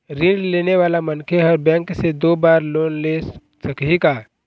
ऋण लेने वाला मनखे हर बैंक से दो बार लोन ले सकही का?